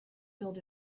build